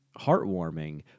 heartwarming